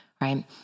Right